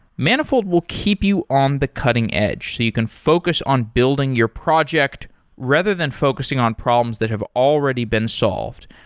manifold will keep you on the cutting-edge so you can focus on building your project rather than focusing on problems that have already been solved.